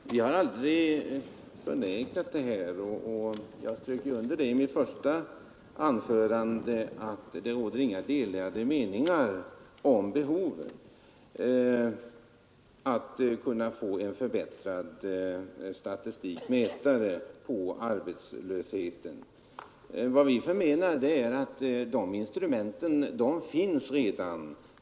Herr talman! Vi har aldrig förnekat detta, och jag strök under i mitt första anförande att det inte råder några delade meningar om behovet att få en förbättrad metod för att mäta arbetslösheten. Men vi förmenar att de instrumenten redan finns.